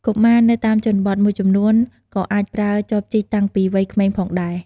កុមារនៅតាមជនបទមួយចំនួន ក៏អាចប្រើ ចបជីកតាំងពីវ័យក្មេងផងដែរ។